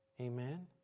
Amen